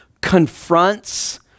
confronts